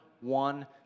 one